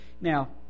Now